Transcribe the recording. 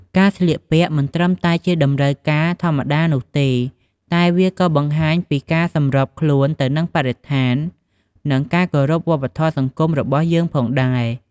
ការស្លៀកពាក់មិនមែនត្រឹមតែជាតម្រូវការធម្មតានោះទេ តែវាក៏បង្ហាញពីការសម្របខ្លួនទៅនឹងបរិស្ថាន និងការគោរពវប្បធម៌សង្គមរបស់យើងផងដែរ។